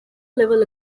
level